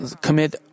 commit